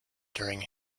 during